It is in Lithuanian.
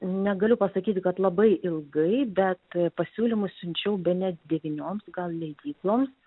negaliu pasakyti kad labai ilgai bet pasiūlymus siunčiau bene devynioms gal leidykloms